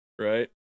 right